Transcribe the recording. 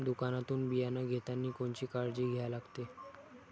दुकानातून बियानं घेतानी कोनची काळजी घ्या लागते?